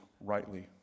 rightly